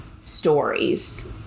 stories